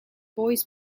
boys